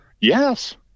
Yes